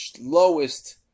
lowest